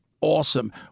awesome